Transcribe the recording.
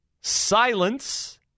Silence